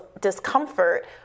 discomfort